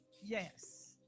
Yes